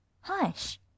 hush